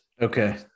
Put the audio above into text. Okay